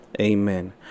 amen